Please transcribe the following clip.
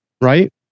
Right